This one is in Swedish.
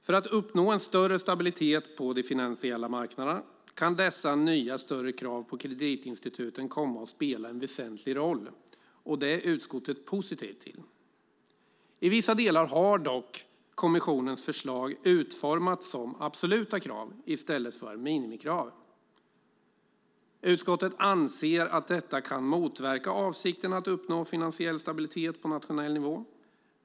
För att uppnå en större stabilitet på de finansiella marknaderna kan dessa nya större krav på kreditinstituten komma att spela en väsentlig roll, och det är utskottet positivt till. I vissa delar har dock kommissionens förslag utformats som absoluta krav i stället för minimikrav. Utskottet anser att detta kan motverka avsikten att uppnå finansiell stabilitet på nationell nivå.